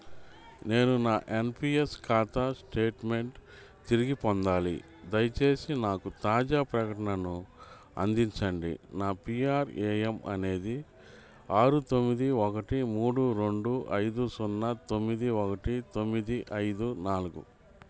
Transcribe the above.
నేను నా ఎన్పిఎస్ ఖాతా స్టేట్మెంట్ తిరిగి పొందాలి దయచేసి నాకు తాజా ప్రకటనను అందించండి నా పీఆర్ఏఎమ్ అనేది ఆరు తొమ్మిది ఒకటి మూడు రెండు ఐదు సున్నా తొమ్మిది ఒకటి తొమ్మిది ఐదు నాలుగు